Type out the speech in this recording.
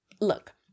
Look